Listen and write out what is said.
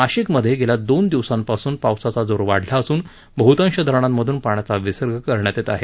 नाशिकमधे गेल्या दोन दिवसांपासून पावसाचा जोर वाढला असून बहतांश धरणांमधून पाण्याचा विसर्ग करण्यात येत आहे